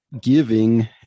giving